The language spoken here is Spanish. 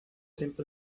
tiempo